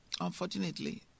Unfortunately